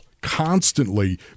constantly